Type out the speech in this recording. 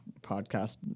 podcast